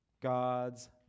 God's